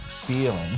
feeling